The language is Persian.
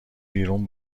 بیرون